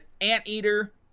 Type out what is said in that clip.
Anteater